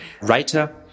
writer